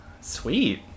Sweet